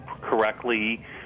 correctly